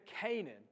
Canaan